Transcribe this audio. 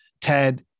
Ted